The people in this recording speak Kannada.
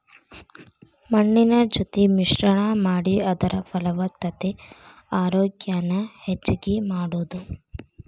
ಮಣ್ಣಿನ ಜೊತಿ ಮಿಶ್ರಣಾ ಮಾಡಿ ಅದರ ಫಲವತ್ತತೆ ಆರೋಗ್ಯಾನ ಹೆಚಗಿ ಮಾಡುದು